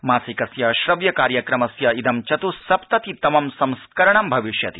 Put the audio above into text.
मासिकस्य श्रव्य कार्यक्रमस्य इदं चतुस्सप्रति तमं संस्करणं भविष्यति